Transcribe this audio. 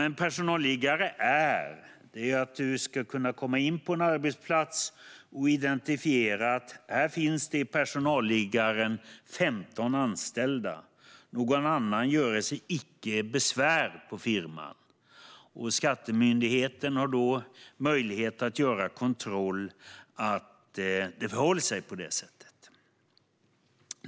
En personalliggare innebär att du ska kunna komma in på en arbetsplats och identifiera att här finns det i personalliggaren 15 anställda; någon annan göre sig icke besvär i firman. Skattemyndigheten har då möjlighet att göra kontroll att det förhåller sig på det sättet.